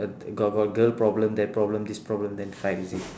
got got girl problem that problem this problem then fight is it